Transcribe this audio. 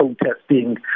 protesting